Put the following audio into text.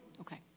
Okay